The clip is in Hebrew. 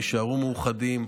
תישארו מאוחדים,